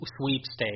sweepstakes